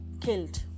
killed